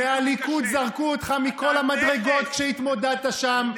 מהליכוד זרקו אותך מכל המדרגות כשהתמודדת שם.